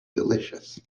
delicious